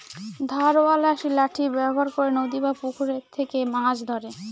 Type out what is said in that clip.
ধারওয়ালা একটি লাঠি ব্যবহার করে নদী বা পুকুরে থেকে মাছ ধরে